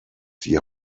die